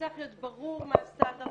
צריך להיות ברור מה הסטנדרט,